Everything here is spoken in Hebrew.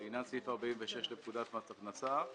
לעניין סעיף 46 לפקודת מס הכנסה,